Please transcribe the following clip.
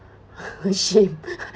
ashamed